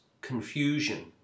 confusion